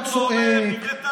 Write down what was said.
אתה צועק,